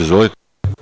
Izvolite.